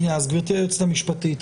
שנייה, אז גברתי היועצת המשפטית.